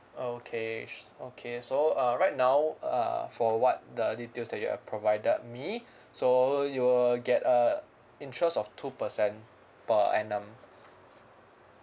okay su~ okay so uh right now uh for what the details that you have provided me so you will get a interest of two percent per annum